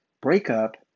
breakup